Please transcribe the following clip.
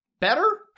better